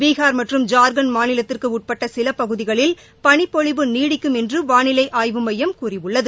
பீகார் மற்றும் ஜார்க்கண்ட் மாநிலத்திற்கு உட்பட்ட சில பகுதிகளில் பனிப்பொழிவு நீடிக்கும் என்று வானிலை ஆய்வு மையம் கூறியுள்ளது